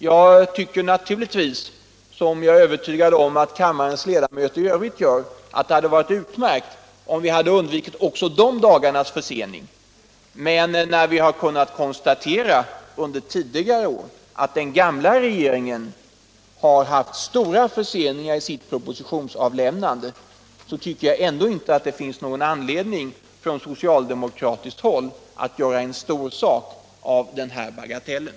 Jag tycker självfallet, som jag är övertygad om att kammarens ledamöter i övrigt gör, att det hade varit utmärkt om vi hade undvikit också de dagarnas försening, men när vi under tidigare år har kunnat konstatera att den gamla regeringen har haft stora förseningar i sitt propositionsavlämnande, anser jag ändå inte att det finns någon anledning att från socialdemokratiskt håll göra en stor sak av den här bagatellen.